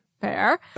Fair